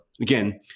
Again